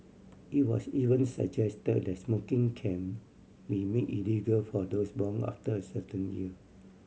it was even suggest the smoking can we made illegal for those born after a certain year